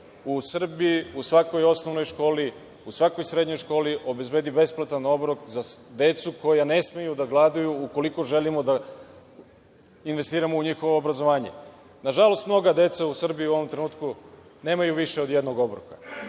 u Srbiji, u svakoj osnovnoj školi, u svakoj srednjoj školi obezbedi besplatan obrok za decu koja ne smeju da gladuju ukoliko želimo da investiramo u njihovo obrazovanje. Na žalost, mnoga deca u Srbiji u ovom trenutku nemaju više od jednog obroka.